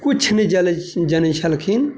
किछु नहि जलै जनै छलखिन